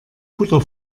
butter